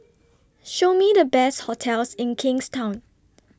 Show Me The Best hotels in Kingstown